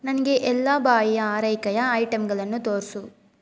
ನನಗೆ ಎಲ್ಲ ಬಾಯಿಯ ಆರೈಕೆಯ ಐಟಂಗಳನ್ನು ತೋರಿಸು